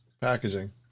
packaging